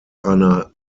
einer